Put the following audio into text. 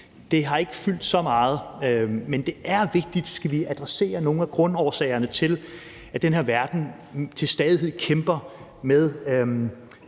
det ikke har fyldt så meget, men det er vigtigt. For skal vi adressere nogle af grundårsagerne til, at den her verden til stadighed kæmper med